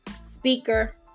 speaker